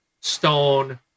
stone